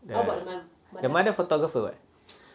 the mother photographer [what]